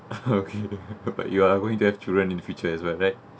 okay but you are going to have children in future as well right